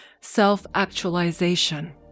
self-actualization